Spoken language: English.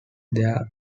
there